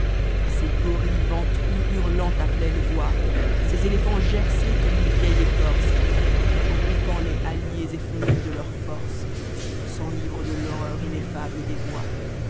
ses gorilles ventrus hurlant à pleine voix ses étéphants gercés comme une vieuïe écorce qnît roïapant lestatmëps ecobdpés de ïenr ge s'ènivrent de l'horreur înesabte des bois